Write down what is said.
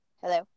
Hello